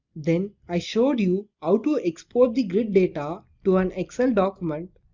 then i showed you how to export the grid data to an excel document.